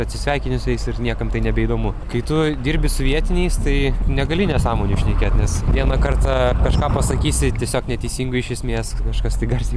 atsisveikini su jais ir niekam tai nebeįdomu kai tu dirbi su vietiniais tai negali nesąmonių šnekėt nes vieną kartą kažką pasakysi tiesiog neteisingai iš esmės kažkas tai garsiai